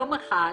יום אחד,